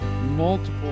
multiple